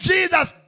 Jesus